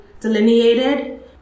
delineated